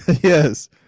Yes